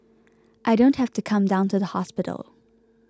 I don't have to come down to the hospital